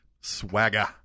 Swagger